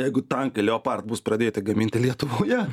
jeigu tankai leopard bus pradėti gaminti lietuvoje